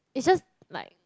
it's just like